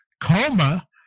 coma